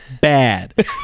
Bad